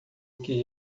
que